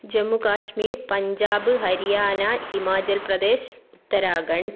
Jammu Kashmir Punjab Haryana Himachal Pradesh Uttarakhand